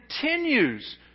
continues